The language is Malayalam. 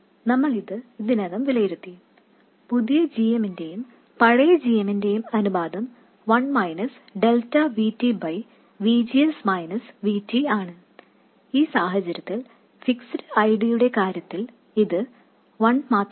നമ്മൾ ഇത് ഇതിനകം വിലയിരുത്തി പുതിയ gm ന്റെയും പഴയ gm ന്റെയും അനുപാതം 1 Δ VT V G S V T ആണ് ഈ സാഹചര്യത്തിൽ ഫിക്സ്ഡ് I D യുടെ കാര്യത്തിൽ ഇത് വൺ മാത്രമാണ്